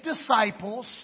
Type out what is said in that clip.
disciples